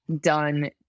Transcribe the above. done